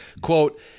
Quote